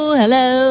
hello